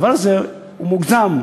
הדבר הזה הוא מוגזם.